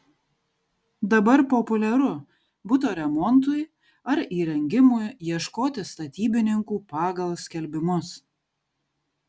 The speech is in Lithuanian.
dabar populiaru buto remontui ar įrengimui ieškoti statybininkų pagal skelbimus